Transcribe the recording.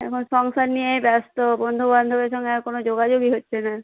এখন সংসার নিয়েই ব্যস্ত বন্ধু বান্ধবের সঙ্গে আর কোনো যোগাযোগই হচ্ছে না